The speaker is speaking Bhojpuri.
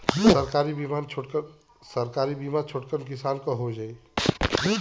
सरकारी बीमा छोटकन किसान क हो जाई?